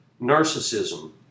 narcissism